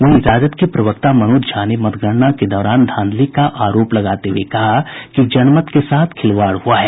वहीं राजद के प्रवक्ता मनोज झा ने मतगणना के दौरान धांधली का आरोप लगाते हुये कहा कि जनमत के साथ खिलवाड़ हुआ है